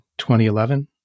2011